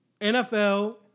NFL